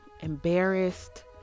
embarrassed